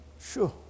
Sure